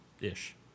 Ish